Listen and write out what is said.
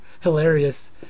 hilarious